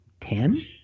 ten